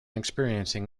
experiencing